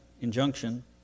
injunction